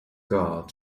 guard